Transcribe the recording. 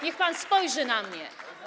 Niech pan spojrzy na mnie.